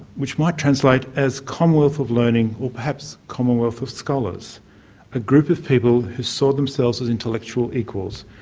which might translate as commonwealth of learning or perhaps commonwealth of scholars a group of people who saw themselves as intellectual equals,